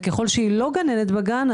ככל שהיא לא גננת בגן,